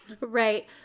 Right